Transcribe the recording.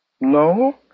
No